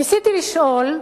ניסיתי לשאול,